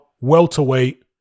welterweight